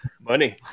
money